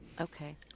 Okay